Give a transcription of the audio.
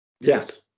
Yes